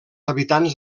habitants